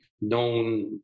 known